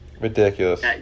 Ridiculous